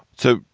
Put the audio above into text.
so,